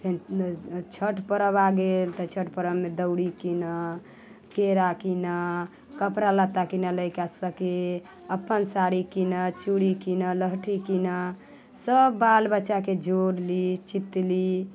फेन छठि पर्व आ गेल तऽ छठि पर्वमे दौरी कीनऽ केरा कीनऽ कपड़ा लत्ता कीनऽ लैका सबके अपन साड़ी कीनऽ चूड़ी कीनऽ लहठी कीनऽ सब बाल बच्चाके जोड़ली चीतली